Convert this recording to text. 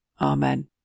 Amen